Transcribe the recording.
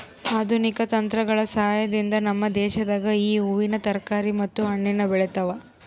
ಆಧುನಿಕ ತಂತ್ರಗಳ ಸಹಾಯದಿಂದ ನಮ್ಮ ದೇಶದಾಗ ಈ ಹೂವಿನ ತರಕಾರಿ ಮತ್ತು ಹಣ್ಣನ್ನು ಬೆಳೆತವ